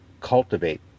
cultivate